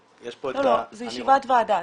זו ישיבת ועדה.